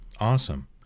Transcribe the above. Awesome